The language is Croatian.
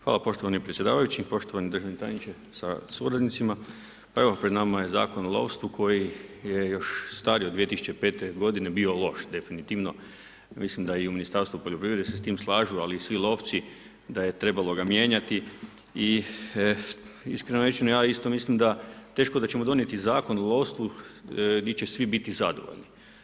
Hvala poštovani predsjedavajući, poštovani državni tajničke sa suradnicama, pa evo pred nama je Zakon o lovstvu koji je još stariji od 2005. godine bio loš, definitivno mislim da i u Ministarstvu poljoprivrede se s tim slažu ali i svi lovci da je trebalo ga mijenjati i iskreno rečeno ja isto mislim da teško da ćemo donijeti Zakon o lovstvu di će svi biti zadovoljni.